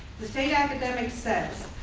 the state academic says,